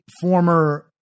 former